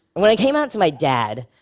when i came out to my dad,